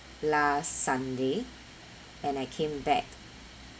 last sunday and I came back